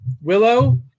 Willow